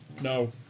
No